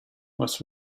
was